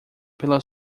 pela